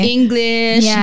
English